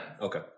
Okay